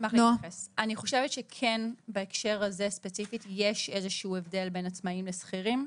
אני חושבת שבהסדר הזה ספציפית יש איזה הבדל בין עצמאים לשכירים.